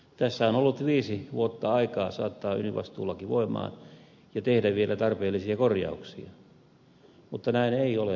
tässä on ollut viisi vuotta aikaa saattaa ydinvastuulaki voimaan ja tehdä vielä tarpeellisia korjauksia mutta näin ei ole tapahtunut